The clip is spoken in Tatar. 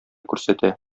күрсәтә